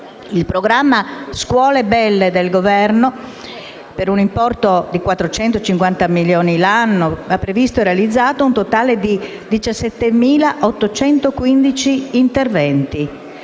Il programma scuole belle del Governo, per un importo complessivo di 450 milioni di euro l'anno, ha previsto e realizzato un totale di 17.815 interventi